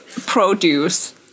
produce